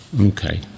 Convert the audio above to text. okay